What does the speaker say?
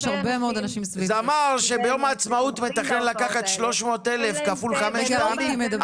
זמר שמתכנן לקחת 300,000 ביום העצמאות,